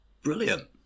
Brilliant